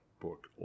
book